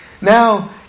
now